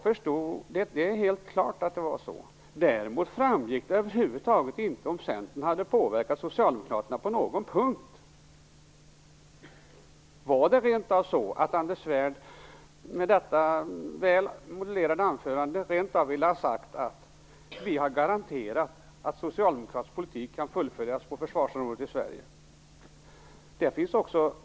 Det är helt klart att det var så. Däremot framgick över huvud taget inte om Centern hade påverkat Socialdemokraterna på någon punkt. Var det rentav så att Anders Svärd med detta väl modulerade anförande ville ha sagt: Vi har garanterat att socialdemokratisk politik kan fullföljas på försvarsområdet i Sverige.